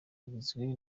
rigizwe